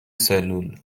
سلول